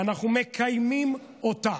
ואנחנו מקיימים אותה.